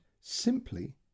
simply